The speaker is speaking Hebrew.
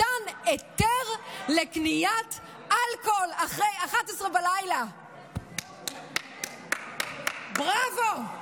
מתן היתר לקניית אלכוהול אחרי 23:00. בראבו.